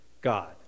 God